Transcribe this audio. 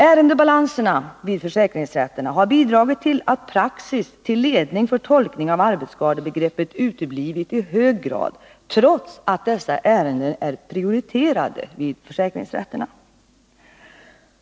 Ärendebalanserna vid försäkringsrätterna har bidragit till att praxis tillledning för tolkning av arbetsskadebegreppet i hög grad uteblivit, trots att dessa ärenden är prioriterade vid försäkringsrätterna.